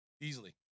Easily